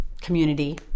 community